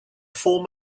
form